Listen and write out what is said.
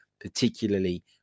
particularly